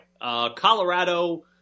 Colorado